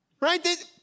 Right